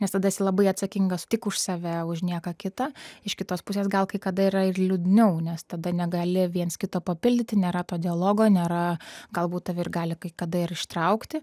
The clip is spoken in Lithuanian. nes tada esi labai atsakingas tik už save už nieką kitą iš kitos pusės gal kai kada yra ir liūdniau nes tada negali viens kito papildyti nėra to dialogo nėra galbūt tave ir gali kai kada ir ištraukti